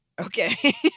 Okay